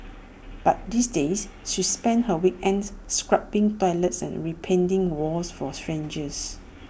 but these days she spends her weekends scrubbing toilets and repainting walls for strangers